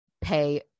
pay